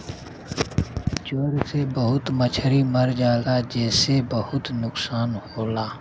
ज्वर से बहुत मछरी मर जाला जेसे बहुत नुकसान होला